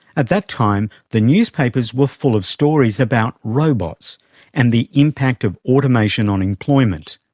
at that time, the newspapers were full of stories about robots and the impact of automation on employment.